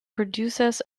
producers